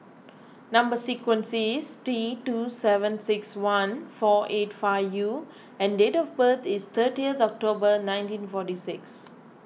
Number Sequence is T two seven six one four eight five U and date of birth is thirtieth October nineteen forty six